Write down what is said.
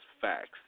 facts